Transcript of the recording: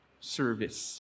service